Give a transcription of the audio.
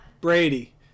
Brady